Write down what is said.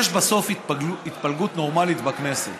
יש בסוף התפלגות נורמלית בכנסת.